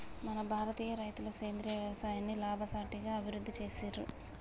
మన భారతీయ రైతులు సేంద్రీయ యవసాయాన్ని లాభసాటిగా అభివృద్ధి చేసిర్రు